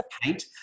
paint